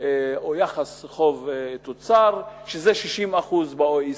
או יחס החוב-תוצר, שזה 60% ב-OECD.